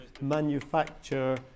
manufacture